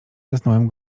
zasnąłem